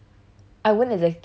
err